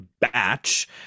batch